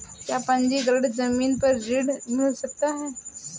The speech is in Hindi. क्या पंजीकरण ज़मीन पर ऋण मिल सकता है?